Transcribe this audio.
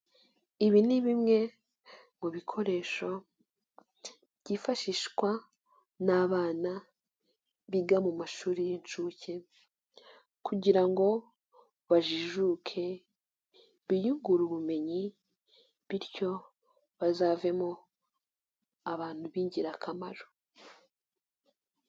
Ibi ni bimwe mu bikoresho byifashishwa n'abana biga mu mashuri y'incuke kugira ngo bajijuke biyungure ubumenyi bityo bazavemo abantu b'ingirakamaro.